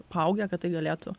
paaugę kad tai galėtų